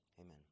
Amen